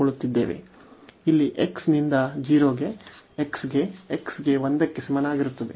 ಇಲ್ಲಿ x 0 ಗೆ ನಿಂದ x 1 ಕ್ಕೆ ಸಮನಾಗಿರುತ್ತದೆ